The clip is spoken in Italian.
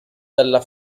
della